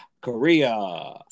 Korea